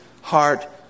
heart